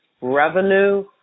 revenue